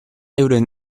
euren